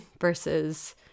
versus